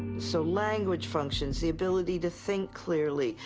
so language functions, the ability to think clearly,